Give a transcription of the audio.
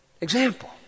example